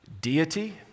Deity